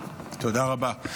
תודה רבה.